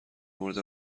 مورد